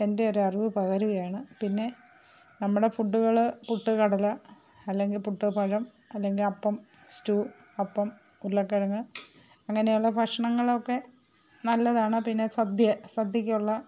എൻ്റെയൊരു അറിവു പകരുകയാണ് പിന്നെ നമ്മുടെ ഫുഡുകൾ പുട്ട് കടല അല്ലെങ്കിൽ പുട്ട് പഴം അല്ലെങ്കിൽ അപ്പം സ്റ്റു അപ്പം ഉരുളക്കിഴങ്ങു അങ്ങനെയുള്ള ഭക്ഷണങ്ങളൊക്കെ നല്ലതാണ് പിന്നെ സദ്യ സദ്യക്ക് ഉള്ള